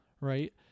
right